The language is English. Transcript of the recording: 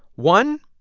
one,